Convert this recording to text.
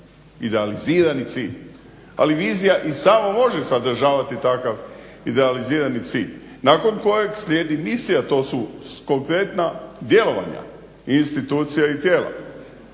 idealizirani cilj, ali vizija i samo može sadržavati takav idealizirani cilj nakon kojeg slijedi misija. To su konkretna djelovanja i institucija i tijela.